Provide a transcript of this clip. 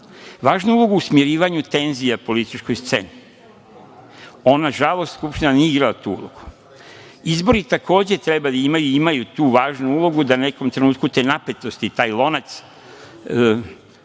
važnu ulogu u smirivanju tenzija na političkoj sceni. Nažalost, Skupština nije igrala tu ulogu. Izbori treba da imaju tu važnu ulogu da u nekom trenutku te napetosti, taj lonac